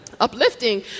uplifting